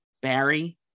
barry